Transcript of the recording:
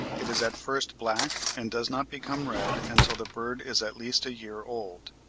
it is at first black and does not become red until the bird is at least a year old,